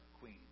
queen